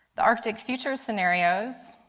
the arctic future scenarios,